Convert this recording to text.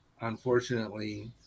unfortunately